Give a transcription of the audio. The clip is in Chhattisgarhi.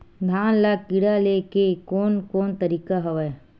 धान ल कीड़ा ले के कोन कोन तरीका हवय?